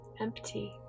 Empty